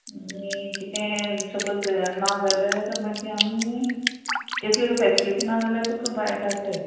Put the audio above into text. आनी कितें सपोज ना जाल्यार मागीर आमी कसली तूं फेसिलिटी ना जाल्यार तुका भायर धाडटाय